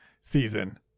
season